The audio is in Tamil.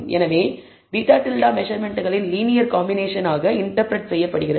எனவே β̂ மெசர்மென்ட்களின் லீனியர் காம்பினேஷன் ஆக இன்டர்பிரட் செய்யப்படுகிறது